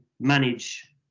manage